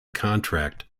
contract